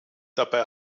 dabei